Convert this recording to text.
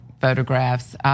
photographs